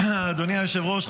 אדוני היושב-ראש,